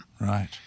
Right